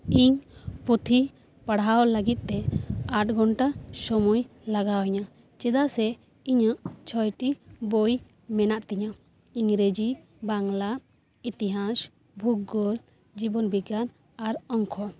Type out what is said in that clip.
ᱤᱧ ᱯᱩᱛᱷᱤ ᱯᱟᱲᱦᱟᱣ ᱞᱟᱹᱜᱤᱫ ᱛᱮ ᱟᱴ ᱜᱷᱚᱱᱴᱟ ᱥᱩᱢᱟᱹᱭ ᱞᱟᱜᱟᱣ ᱧᱟ ᱪᱮᱫᱟᱜ ᱥᱮ ᱤᱧᱟᱹᱜ ᱪᱷᱚᱭᱴᱤ ᱵᱳᱭ ᱢᱮᱱᱟᱜ ᱛᱤᱧᱟᱹ ᱤᱝᱨᱮᱡᱤ ᱵᱟᱝᱞᱟ ᱤᱛᱤᱦᱟᱥ ᱵᱷᱩᱜᱳᱞ ᱡᱤᱵᱚᱱ ᱵᱤᱜᱽᱜᱟᱱ ᱟᱨ ᱚᱝᱠᱷᱚ